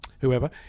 whoever